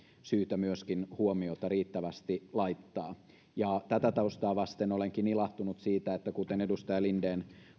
myöskin huomiota riittävästi laittaa tätä taustaa vasten olenkin ilahtunut siitä että kuten edustaja linden